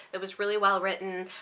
it was really well written.